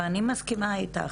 אני מסכימה איתך.